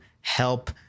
help